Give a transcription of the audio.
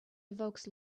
evokes